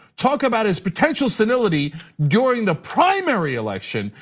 talk about his potential senility during the primary election.